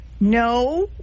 No